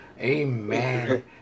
Amen